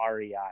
REI